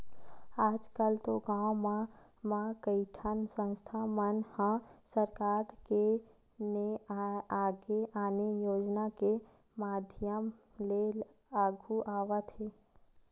आजकल तो गाँव मन म कइठन संस्था मन ह सरकार के ने आने योजना के माधियम ले आघु आवत हे